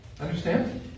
Understand